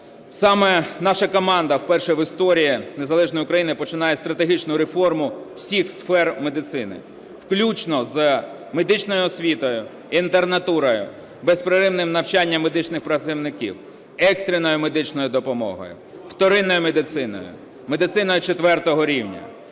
Саме наша команда вперше в історії незалежної України починає стратегічну реформу всіх сфер медицини, включно з медичною освітою, інтернатурою, безперервним навчанням медичних працівників, екстреною медичною допомогою, вторинною медициною, медициною IV рівня.